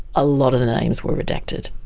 a lot of the names were redacted.